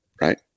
right